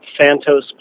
Santos